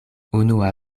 unua